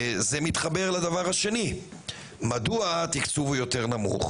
זה מתחבר לדבר השני, מדוע התקצוב הוא יותר נמוך?